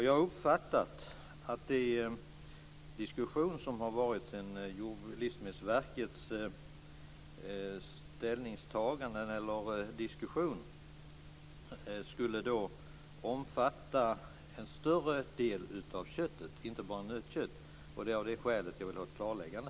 Jag har uppfattat att diskussionen efter Livsmedelsverkets ställningstagande omfattar flera typer av kött, inte bara nötkött. Det är av det skälet som jag vill ha ett klarläggande.